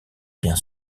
bien